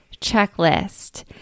checklist